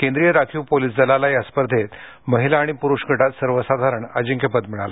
केंद्रीय राखीव पोलिस दलाला या स्पर्धेत महिला आणि पुरूष गटात सर्वसाधारण अजिंक्यपद मिळालं